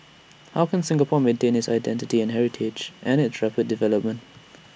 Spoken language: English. how can Singapore maintain its identity and heritage amid its traper development